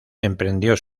emprendió